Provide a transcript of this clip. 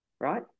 right